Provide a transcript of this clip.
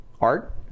art